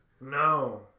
No